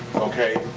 okay?